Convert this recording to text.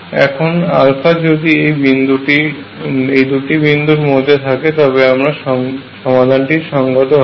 এখন যদি এই দুটি বিন্দুর মধ্যে থাকে তবে সমাধানটি সংগত হবে